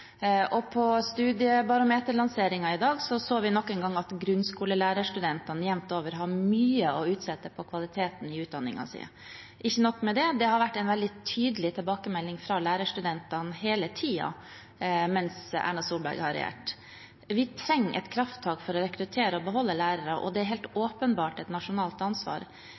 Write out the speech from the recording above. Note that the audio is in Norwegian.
kvaliteten i utdanningen. Ikke nok med det – det har vært en veldig tydelig tilbakemelding fra lærerstudentene hele tiden mens Erna Solberg har regjert. Vi trenger et krafttak for å rekruttere og beholde lærere, og det er helt åpenbart et nasjonalt ansvar.